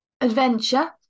Adventure